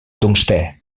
tungstè